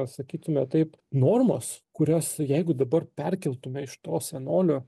sakykime taip normos kurias jeigu dabar perkeltume iš to senolio